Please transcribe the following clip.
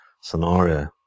scenario